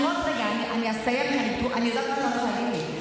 אני אסיים, כי אני יודעת מה אתה הולך להגיד לי.